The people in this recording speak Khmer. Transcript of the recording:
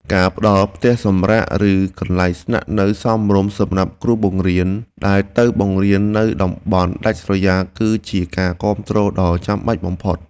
ការផ្តល់ផ្ទះសម្រាកឬកន្លែងស្នាក់នៅសមរម្យសម្រាប់គ្រូបង្រៀនដែលទៅបង្រៀននៅតំបន់ដាច់ស្រយាលគឺជាការគាំទ្រដ៏ចាំបាច់បំផុត។